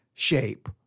shape